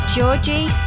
Georgie